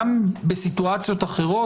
גם בסיטואציות אחרות,